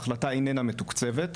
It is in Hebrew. ההחלטה איננה מתוקצבת.